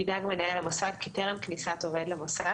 ידאג מנהל המוסד כי טרם כניסת עובד למוסד